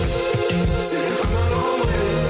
הסרטון הזה,